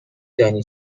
دانی